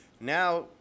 Now